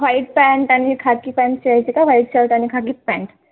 white pant आणि खाकी pant यायची का व्हाईट शर्ट आणि खाकी पँट